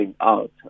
out